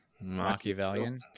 machiavellian